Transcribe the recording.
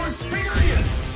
Experience